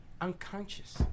Unconscious